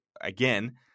again